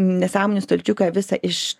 nesąmonių stalčiuką visą iš